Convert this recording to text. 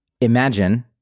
Imagine